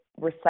Recycle